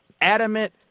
adamant